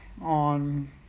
on